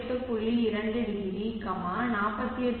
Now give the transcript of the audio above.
20 48